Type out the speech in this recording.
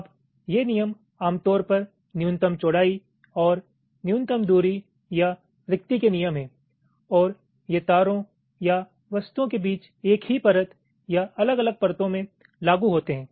अब ये नियम आम तौर पर न्यूनतम चौड़ाई और न्यूनतम दूरी या रिक्ति के नियम हैं और ये तारों या वस्तुओं के बीच एक ही परत या अलग अलग परतों में लागू होते हैं